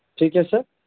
ٹھیک ہے سر